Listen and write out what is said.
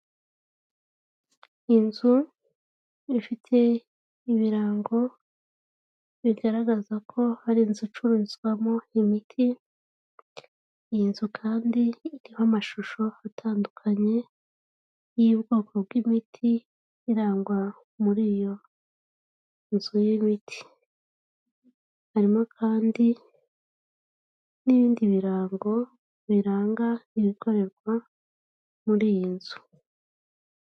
Inzu ifite ibirango bigaragaza ko ari inzu icururizwamo imiti. Iyi nzu kandi iriho amashusho atandukanye y'ubwoko bw'imiti irangwa muri iyo nzu y'imiti, harimo kandi n'ibindi birango biranga ibikorerwa muri iyi nzu.